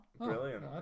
Brilliant